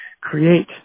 create